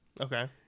Okay